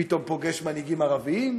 פתאום הוא פוגש מנהיגים ערבים,